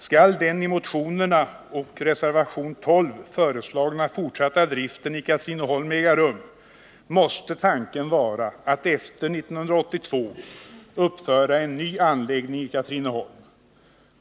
Skall den i motionerna och reservation 12 föreslagna fortsatta driften i Katrineholm äga rum, måste tanken vara att efter 1982 uppföra en ny anläggning i Katrineholm.